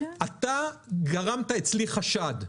אתה גרמת אצלי לחשד.